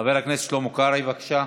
חבר הכנסת שלמה קרעי, בבקשה.